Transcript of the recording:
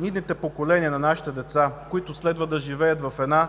идните поколения, на нашите деца, които следва да живеят в една